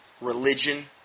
religion